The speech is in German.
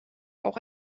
auch